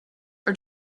are